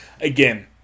Again